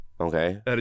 Okay